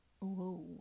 Whoa